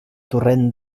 torrent